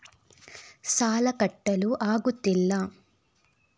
ಸಾಲ ಕಟ್ಟಲು ಆಗುತ್ತಿಲ್ಲ